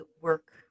work